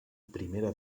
primera